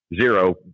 zero